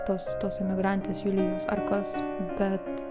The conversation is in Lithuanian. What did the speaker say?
tos tos emigrantės julijos ar kas tad